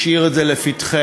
השאיר את זה לפתחנו.